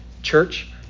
Church